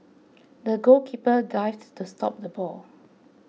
the goalkeeper dived to stop the ball